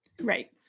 right